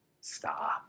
Stop